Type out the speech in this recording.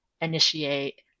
initiate